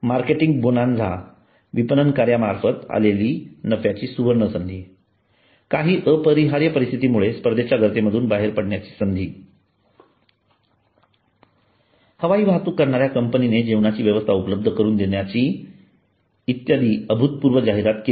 marketing bonanza विपणन कार्यामार्फत आलेली नफ्याची सुवर्णसंधी काही अपरिहार्य परिस्थितीमुळे स्पर्धेच्या गर्ते मधून बाहेर पडण्यासाठीची संधी हवाई वाहतूक करणाऱ्या कंपनीने जेवणाची व्यवस्था उपलब्ध करून देण्याची इत्यादी अभूतपूर्व जाहिरात केली